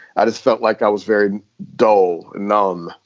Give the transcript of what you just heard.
i just felt like i was very dull, numb.